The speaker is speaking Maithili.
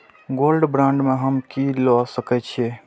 गोल्ड बांड में हम की ल सकै छियै?